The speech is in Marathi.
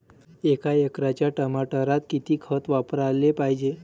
एका एकराच्या टमाटरात किती खत वापराले पायजे?